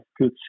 good